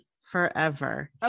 forever